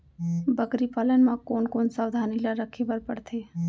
बकरी पालन म कोन कोन सावधानी ल रखे बर पढ़थे?